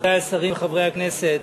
רבותי השרים וחברי הכנסת,